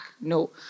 No